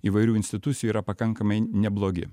įvairių institucijų yra pakankamai neblogi